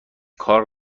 کار